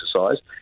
exercise